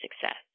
success